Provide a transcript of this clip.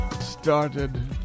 started